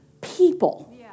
people